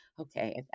okay